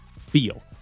feel